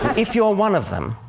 if you're one of them,